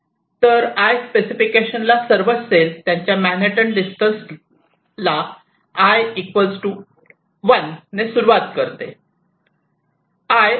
तर 'i' specification ला सर्वच सेल त्यांच्या मॅनहॅटन डिस्टन्स ला 'i' 1 ने सुरुवात करते